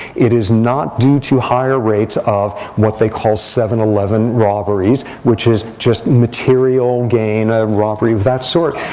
it is not due to higher rates of what they call seven eleven robberies, which is just material gain, a robbery of that sort.